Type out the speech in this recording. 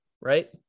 right